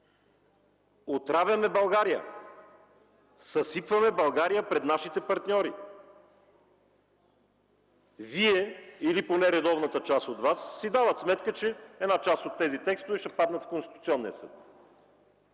отравяме България, съсипваме България пред нашите партньори. Вие или поне редовната част от Вас си дават сметка, че една част от тези текстове ще паднат в Конституционния съд.